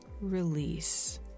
release